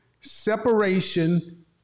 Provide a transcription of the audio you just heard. separation